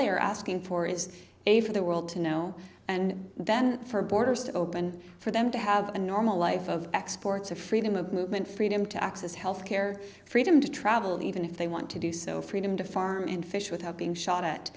they are asking for is a for the world to know and then for borders to open for them to have a normal life of exports of freedom of movement freedom to access health care freedom to travel even if they want to do so freedom to farm and fish without being shot at